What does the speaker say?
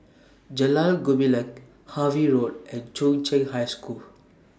Jalan Gumilang Harvey Road and Chung Cheng High School